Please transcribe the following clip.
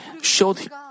showed